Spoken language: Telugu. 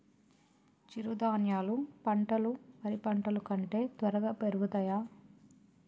చిరుధాన్యాలు పంటలు వరి పంటలు కంటే త్వరగా పెరుగుతయా?